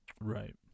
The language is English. Right